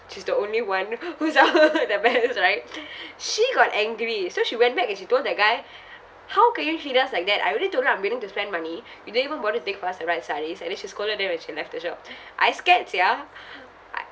she's the only one who's all the best right she got angry so she went back and she told that guy how can you treat us like that I already told them I'm willing to spend money you don't even bother to take us to the right sarees and then she scolded them and she left the shop I scared sia I